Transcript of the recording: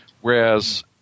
Whereas